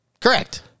Correct